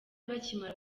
bakimara